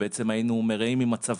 ובעצם היינו מרעים עם מצבו.